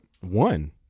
One